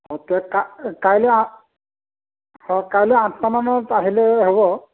কাইলৈ আ অ' কাইলৈ আঠটা মানত আহিলে হ'ব